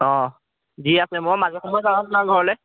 অঁ দি আছে মই মাজে সময়ে যাওঁ আপোনাৰ ঘৰলৈ